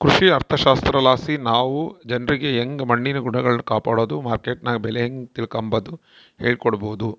ಕೃಷಿ ಅರ್ಥಶಾಸ್ತ್ರಲಾಸಿ ನಾವು ಜನ್ರಿಗೆ ಯಂಗೆ ಮಣ್ಣಿನ ಗುಣಗಳ್ನ ಕಾಪಡೋದು, ಮಾರ್ಕೆಟ್ನಗ ಬೆಲೆ ಹೇಂಗ ತಿಳಿಕಂಬದು ಹೇಳಿಕೊಡಬೊದು